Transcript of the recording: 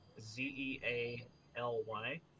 z-e-a-l-y